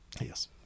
Yes